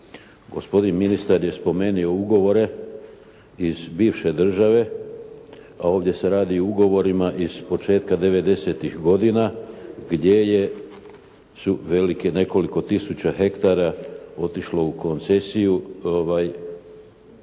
Gospodin ministar je spomenuo ugovore iz bivše države a ovdje se radi o ugovorima iz početka 90-tih godina gdje je, su velike nekoliko tisuća hektara otišlo u koncesiju